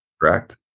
Correct